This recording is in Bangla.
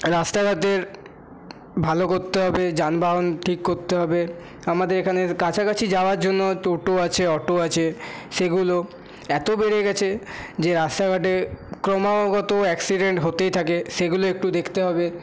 রাস্তাঘাটের ভালো করতে হবে যানবাহন ঠিক করতে হবে আমাদের এখানের কাছাকাছি যাওয়ার জন্য টোটো আছে অটো আছে সেগুলো এতো বেড়ে গেছে যে রাস্তাঘাটে ক্রমাগত অ্যাক্সিডেন্ট হতেই থাকে সেগুলো একটু দেখতে হবে